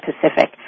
Pacific